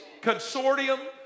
consortium